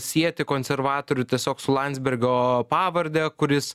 sieti konservatorių tiesiog su landsbergio pavarde kuris